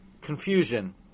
confusion